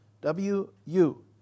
W-U